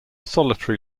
solitary